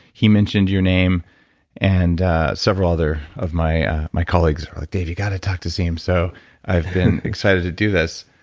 he mentioned your name and several other of my my colleagues were like dave, you've got to talk to siim. so i've been excited to do this